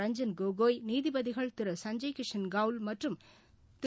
ரஞ்சன் கோகோய் நீதிபதிகள் திரு சஞ்சய் கிஷன் கவுல் மற்றும் திரு